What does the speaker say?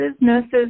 nurses